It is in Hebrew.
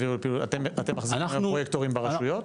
אתם מחזיקים את הפרויקטורים ברשויות?